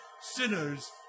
sinners